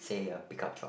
say a pickup truck